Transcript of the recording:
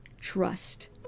trust